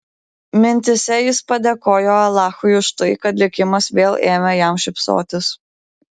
mintyse jis padėkojo alachui už tai kad likimas vėl ėmė jam šypsotis